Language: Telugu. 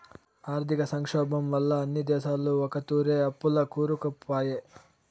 ఆర్థిక సంక్షోబం వల్ల అన్ని దేశాలు ఒకతూరే అప్పుల్ల కూరుకుపాయే